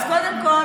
אז קודם כול,